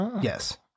Yes